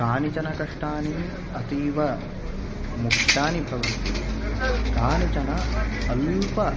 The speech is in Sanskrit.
कानिचन कष्टानि अतीवमुख्यानि भवन्ति कानिचन अल्प